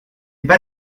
pas